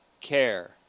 care